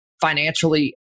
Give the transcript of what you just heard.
financially